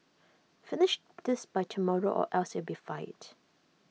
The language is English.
finish this by tomorrow or else you'll be fired